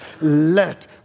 Let